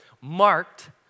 marked